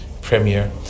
Premier